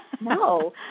No